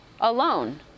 alone